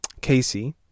casey